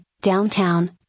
Downtown